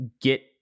get